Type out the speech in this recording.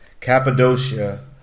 Cappadocia